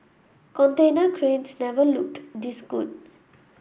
container cranes never looked this good